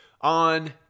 on